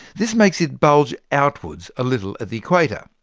this makes it bulge outwards a little at the equator.